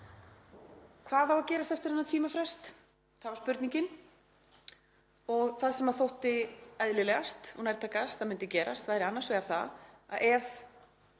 Hvað á að gerast eftir þennan tímafrest? Það var spurningin. Það sem þótti eðlilegast og nærtækast að myndi gerast var annars vegar það að ef